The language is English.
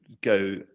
go